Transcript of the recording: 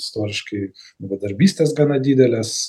istoriškai bedarbystės gana didelės